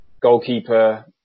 goalkeeper